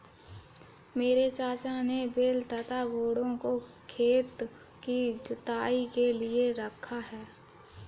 मेरे चाचा ने बैल तथा घोड़ों को खेत की जुताई के लिए रखा है